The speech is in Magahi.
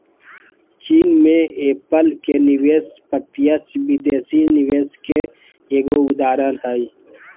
चीन मे एप्पल के निवेश प्रत्यक्ष विदेशी निवेश के एगो उदाहरण हय